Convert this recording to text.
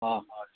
ହଁ ହଁ ଠିକ୍